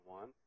one